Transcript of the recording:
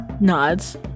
nods